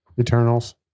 Eternals